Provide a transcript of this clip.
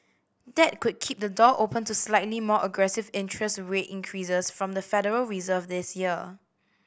that could keep the door open to slightly more aggressive interest rate increases from the Federal Reserve this year